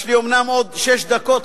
יש לי אומנם עוד שש דקות,